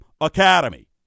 Academy